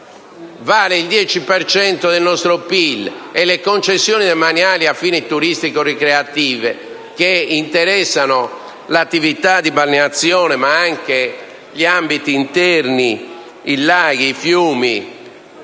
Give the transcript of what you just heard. per cento del nostro PIL e le concessioni demaniali a fini turistico-ricreativi che interessano l'attività di balneazione, ma anche gli ambiti interni, i laghi e i fiumi